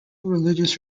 religious